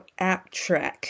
AppTrack